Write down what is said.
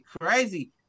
crazy